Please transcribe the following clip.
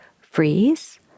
freeze